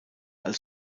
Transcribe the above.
als